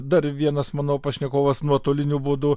dar vienas mano pašnekovas nuotoliniu būdu